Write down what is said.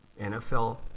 NFL